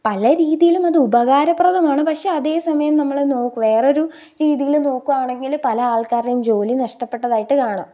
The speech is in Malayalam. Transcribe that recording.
പല രീതിയിലും അത് ഉപകാരപ്രദമാണ് പക്ഷേ അതേസമയം നമ്മൾ നോക്കുക വേറൊരു രീതിയിൽ നോക്കുക ആണെങ്കിൽ പല ആള്ക്കാരുടേയും ജോലി നഷ്ടപ്പെട്ടതായിട്ട് കാണാം